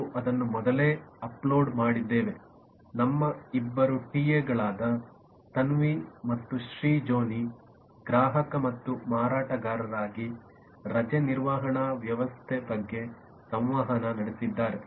ನಾವು ಅದನ್ನು ಮೊದಲೇ ಅಪ್ಲೋಡ್ ಮಾಡಿದ್ದೇವೆ ಮತ್ತು ನಮ್ಮ ಇಬ್ಬರು ಟಿಎಗಳಾದ ತನ್ವಿ ಮತ್ತು ಶ್ರೀಜೋನಿ ಗ್ರಾಹಕ ಮತ್ತು ಮಾರಾಟಗಾರರಾಗಿ ರಜೆ ನಿರ್ವಹಣಾ ವ್ಯವಸ್ಥೆ ಬಗ್ಗೆ ಸಂವಹನ ನಡೆಸಿದ್ದಾರೆ